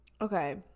Okay